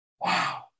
wow